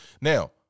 now